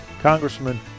Congressman